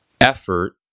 effort